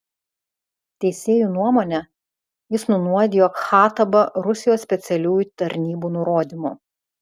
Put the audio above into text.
teisėjų nuomone jis nunuodijo khattabą rusijos specialiųjų tarnybų nurodymu